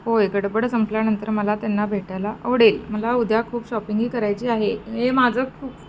होय गडबड संपल्यानंतर मला त्यांना भेटायला आवडेल मला उद्या खूप शॉपिंगही करायची आहे हे माझं खूप